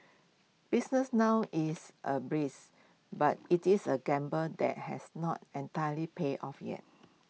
business now is A brisk but IT is A gamble that has not entirely paid off yet